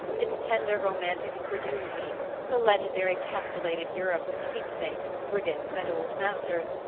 its tender romantic credulity the legendary castellated europe of keepsakes, brigands and old masters,